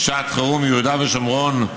שעת חירום (יהודה והשומרון,